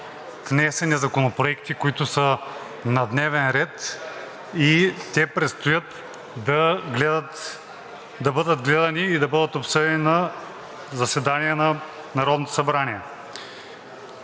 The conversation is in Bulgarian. внесени законопроекти, които са на дневен ред, и те предстоят да бъдат гледани и да бъдат обсъдени на заседание на Народното събрание.